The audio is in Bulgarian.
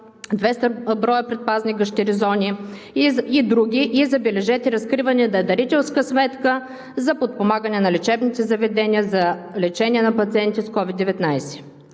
200 броя предпазни гащеризони и други и, забележете, разкриване на дарителска сметка за подпомагане на лечебните заведения за лечение на пациенти с COVID-19.